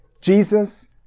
jesus